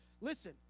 Listen